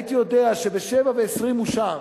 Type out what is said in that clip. הייתי יודע שב-07:20 הוא שם.